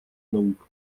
наук